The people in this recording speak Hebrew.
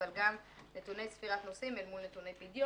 אבל גם נתוני ספירת נוסעים אל מול נתוני פדיון.